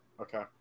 Okay